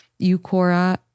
Eucora